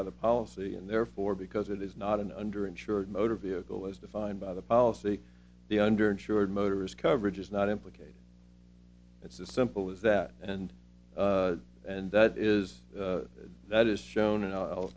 by the policy and therefore because it is not an under insured motor vehicle as defined by the policy the under insured motorist coverage is not implicate it's as simple as that and and that is that is shown and i'll